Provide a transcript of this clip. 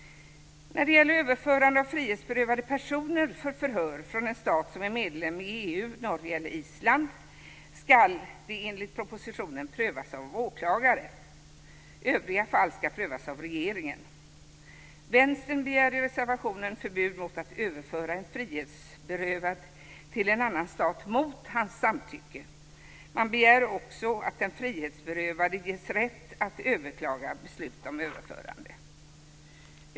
När det gäller överförande av frihetsberövade personer för förhör från en stat som är medlem i EU eller från Norge eller Island ska det enligt propositionen prövas av åklagare. Övriga fall ska prövas av regeringen. Vänstern begär i reservationen förbud mot att överföra en frihetsberövad till en annan stat mot hans samtycke. Man begär också att den frihetsberövade ges rätt att överklaga beslut om överförande.